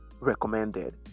recommended